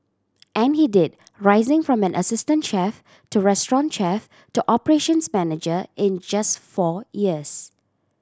and he did rising from an assistant chef to restaurant chef to operations manager in just four years